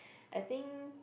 I think